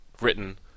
written